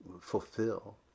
fulfill